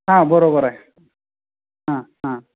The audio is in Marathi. हां बरोबर आहे हां हां